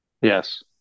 Yes